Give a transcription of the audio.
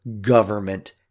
government